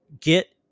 get